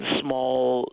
small